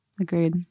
Agreed